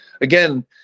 Again